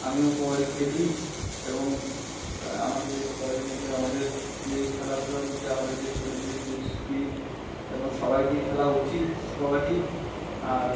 আমিও কবাডি খেলি এবং আমাদের এই স্তরের মধ্যে আমাদের যে এই খেলাধুলার মধ্যে আমাদের যে শরীরের যে ফিট এবং সবাইকেই খেলা উচিত কবাডি আর